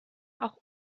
auch